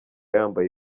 yambaye